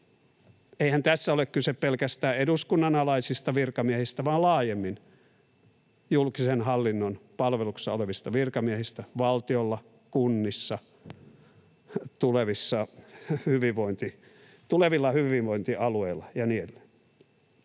Eihän tässä ole kyse pelkästään eduskunnan alaisista virkamiehistä vaan laajemmin julkisen hallinnon palveluksessa olevista virkamiehistä, valtiolla, kunnissa, tulevilla hyvinvointialueilla ja niin edelleen.